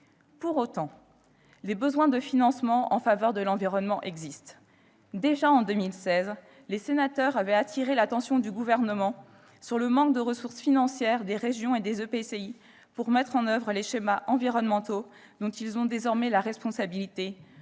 Pour autant, les besoins de financement en faveur de l'environnement existent. Déjà en 2016, les sénateurs avaient attiré l'attention du Gouvernement sur le manque de ressources financières des régions et des EPCI pour mettre en oeuvre les schémas environnementaux, dont ils ont désormais la responsabilité,